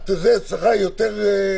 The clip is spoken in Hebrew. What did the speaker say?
אבל (ב) בא לפני (ג).